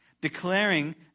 declaring